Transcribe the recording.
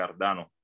Cardano